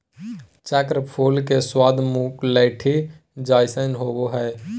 चक्र फूल के स्वाद मुलैठी जइसन होबा हइ